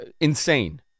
insane